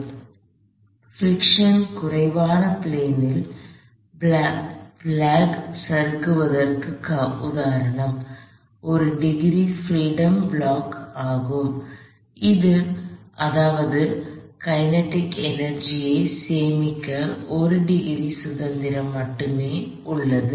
எனவே பிரிக்க்ஷன் குறைவான பிளேன் ல் பிளாக் சறுக்குவதற்கு உதாரணம் ஒரு டிகிரி ஃப்ரீடம் பிளாக் ஆகும் அதாவது கினெடிக் எனர்ஜி இ சேமிக்க 1 டிகிரி சுதந்திரம் மட்டுமே இருந்தது